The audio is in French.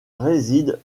réside